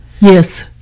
yes